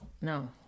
No